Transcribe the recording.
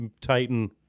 Titan